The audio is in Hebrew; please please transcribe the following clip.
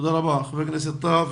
תודה רבה חבר הכנסת טאהא.